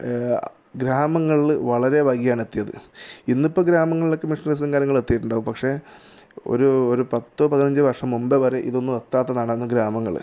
ഗ്രാമങ്ങളില് വളരെ വൈകിയാണ് എത്തിയത് ഇന്നിപ്പോള് ഗ്രാമങ്ങളിലൊക്കെ മെഷിനറീസും കാര്യങ്ങളും എത്തിയിട്ടുണ്ടാവും പക്ഷേ ഒരു ഒരു പത്തോ പതിനഞ്ചോ വർഷം മുമ്പേ വരെ ഇതൊന്നും എത്താത്തതാണ് അന്ന് ഗ്രാമങ്ങള്